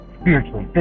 spiritually